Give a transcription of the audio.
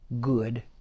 good